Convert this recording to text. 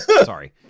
Sorry